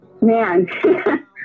man